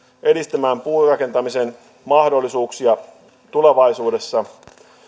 edistämään puurakentamisen mahdollisuuksia tulevaisuudessa